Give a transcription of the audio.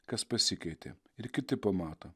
kas pasikeitė ir kiti pamato